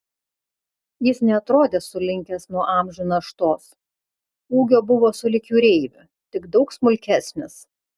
jis neatrodė sulinkęs nuo amžių naštos ūgio buvo sulig jūreiviu tik daug smulkesnis